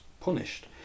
punished